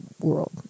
world